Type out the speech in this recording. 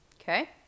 Okay